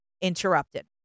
interrupted